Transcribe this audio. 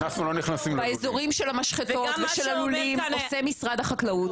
באזורים של המשחתות ושל הלולים עושה משרד החקלאות.